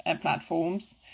platforms